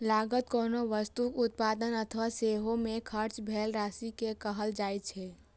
लागत कोनो वस्तुक उत्पादन अथवा सेवा मे खर्च भेल राशि कें कहल जाइ छै